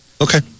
Okay